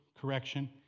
correction